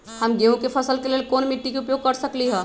हम गेंहू के फसल के लेल कोन मिट्टी के उपयोग कर सकली ह?